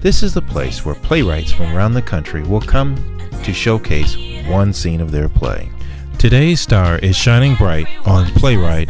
this is the place where playwrights from around the country will come to showcase one scene of their play today's star is shining bright on playwright